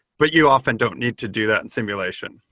but you often don't need to do that in simulation.